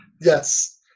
Yes